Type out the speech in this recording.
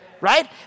Right